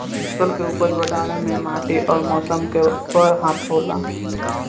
फसल के उपज बढ़ावे मे माटी अउर मौसम के बड़ हाथ होला